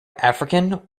african